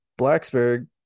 Blacksburg